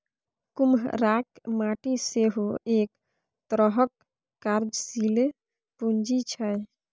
कुम्हराक माटि सेहो एक तरहक कार्यशीले पूंजी छै